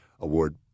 Award